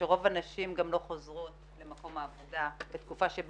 שרוב הנשים גם לא חוזרות למקום העבודה בתקופה בה